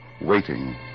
waiting